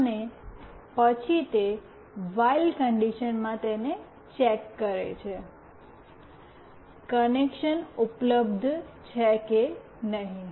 અને પછી તે વાઈલ કન્ડિશન માં તેને ચેક કરે છે કનેક્શન ઉપલબ્ધ છે કે નહીં